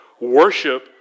Worship